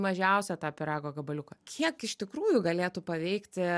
mažiausią tą pyrago gabaliuką kiek iš tikrųjų galėtų paveikti